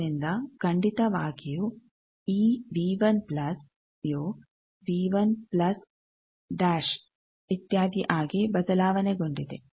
ಆದ್ದರಿಂದ ಖಂಡಿತವಾಗಿಯೂ ಈ ಯು ಇತ್ಯಾದಿ ಆಗಿ ಬದಲಾವಣೆಗೊಂಡಿದೆ